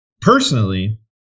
personally